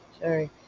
Sorry